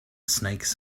snakes